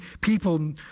people